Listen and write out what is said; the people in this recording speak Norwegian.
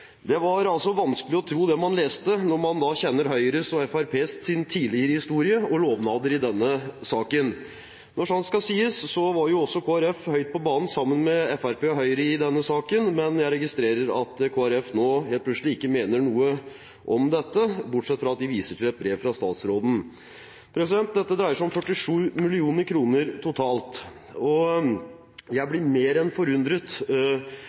Det var vanskelig å tro det man leste når man kjenner Høyre og Fremskrittspartiets tidligere historie og lovnader i denne saken. Når sant skal sies, var også Kristelig Folkeparti høyt på banen sammen med Fremskrittspartiet og Høyre i denne saken, men jeg registrerer at Kristelig Folkeparti nå helt plutselig ikke mener noe om dette, bortsett fra at de viser til et brev fra statsråden. Dette dreier seg om 47 mill. kr totalt, og jeg blir mer enn forundret